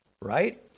right